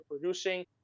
producing